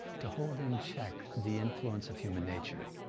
to hold in check the influence of human nature.